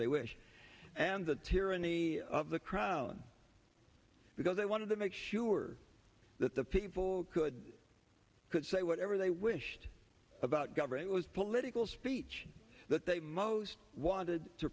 they wish and the tyranny of the crown because they wanted to make sure that the people could could say whatever they wished about government was political speech that they most wanted to